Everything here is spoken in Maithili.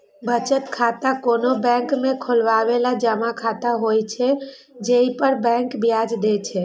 बचत खाता कोनो बैंक में खोलाएल जमा खाता होइ छै, जइ पर बैंक ब्याज दै छै